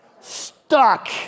Stuck